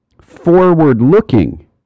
forward-looking